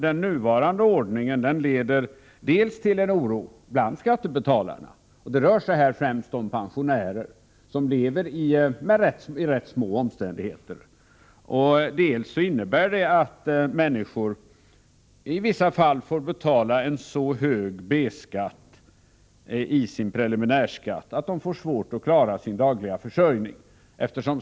Den nuvarande ordningen leder dels till en oro bland skattebetalarna — och det rör sig i det här fallet främst om pensionärer som lever i ganska små omständigheter — dels innebär den att människor i vissa fall får betala en så hög B-skatt i sin preliminärskatt att de får svårt att klara sin dagliga försörjning.